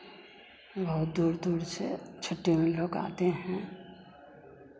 बहुत दूर दूर से छठी में लोग आते हैं